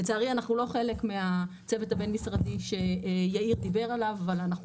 לצערי אנחנו לא חלק מהצוות הבין משרדי שיאיר דיבר עליו אבל אנחנו